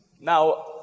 Now